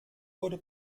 wurde